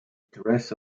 teresa